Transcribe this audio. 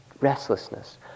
restlessness